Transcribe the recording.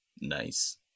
Nice